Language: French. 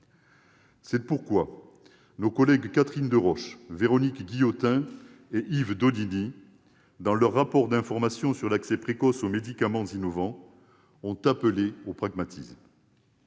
C'est pourquoi nos collègues Catherine Deroche, Véronique Guillotin et Yves Daudigny, dans leur rapport d'information sur l'accès précoce aux médicaments innovants, ont appelé au pragmatisme